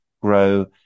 grow